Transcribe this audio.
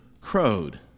crowed